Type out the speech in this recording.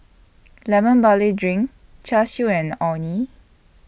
Lemon Barley Drink Char Siu and Orh Nee